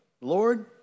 Lord